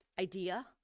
idea